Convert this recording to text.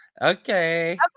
Okay